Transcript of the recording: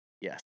Yes